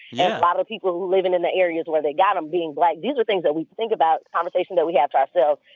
yeah lot of people who living in the areas where they got them being black these are things that we think about, conversations that we have to ourselves.